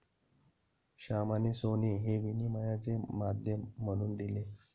श्यामाने सोने हे विनिमयाचे माध्यम म्हणून दिले